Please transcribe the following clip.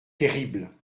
terrible